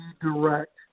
direct